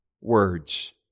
words